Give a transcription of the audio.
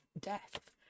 death